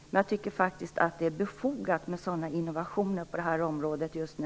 Men jag tycker att det är befogat med sådana innovationer på det här området just nu.